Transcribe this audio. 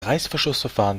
reißverschlussverfahren